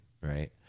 right